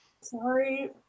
Sorry